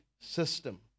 system